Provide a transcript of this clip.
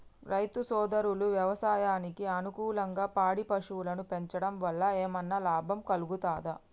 రైతు సోదరులు వ్యవసాయానికి అనుకూలంగా పాడి పశువులను పెంచడం వల్ల ఏమన్నా లాభం కలుగుతదా?